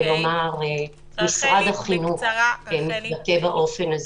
לומר שמשרד החינוך מתבטא כך.